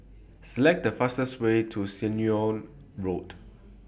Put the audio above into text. Select The fastest Way to Ceylon Road